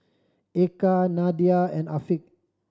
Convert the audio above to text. Eka Nadia and Afiq